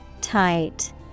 Tight